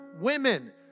women